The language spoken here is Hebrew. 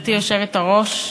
גברתי היושבת-ראש,